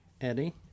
Eddie